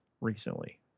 recently